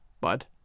but